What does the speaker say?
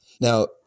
Now